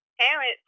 parents